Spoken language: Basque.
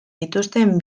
dituzten